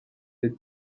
bit